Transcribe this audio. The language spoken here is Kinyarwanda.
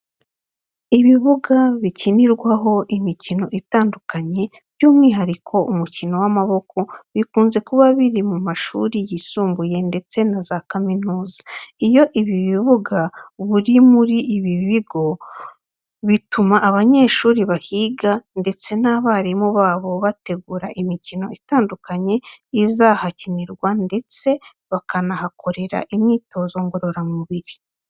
Ibibuga bikinirwaho imikino itandukanye by'umwuhariko umukino w'amaboko bikunze kuba biri mu mashuri yisumbuye ndetse na za kaminuza. Iyo ibi bibuga buri muri ibi bigo, bituma abanyeshuri bahiga ndetse n'abarimu babo bategura imikino itandukanye izahakinirwa ndetse bakanahakorera imyitozo ngororamubiri.